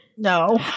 No